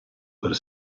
per